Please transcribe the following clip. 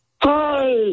Hi